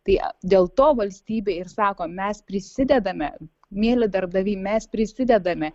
tai dėl to valstybė ir sako mes prisidedame mieli darbdaviai mes prisidedame